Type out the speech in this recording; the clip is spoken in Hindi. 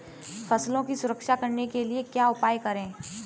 फसलों की सुरक्षा करने के लिए क्या उपाय करें?